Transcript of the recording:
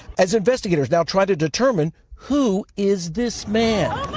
as investigators now try to determine who is this man?